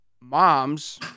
moms